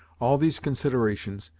all these considerations,